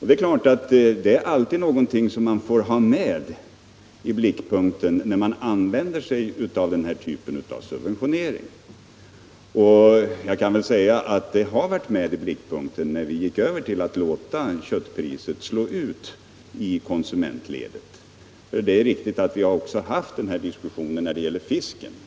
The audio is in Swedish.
Det är självfallet något som man alltid får ha i åtanke när man använder denna typ av subventionering. Vi har också haft uppmärksamheten riktad på detta när vi övergick till att låta köttprishöjningen ge utslag i konsumentledet. Det är riktigt att vi för samma diskussion när det gäller fisken.